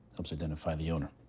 helps identify the owner.